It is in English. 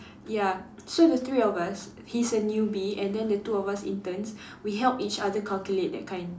ya so the three of us he's a newbie and then the two of us interns we help each other calculate that kind